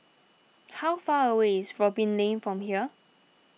how far away is Robin Lane from here